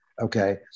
Okay